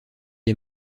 est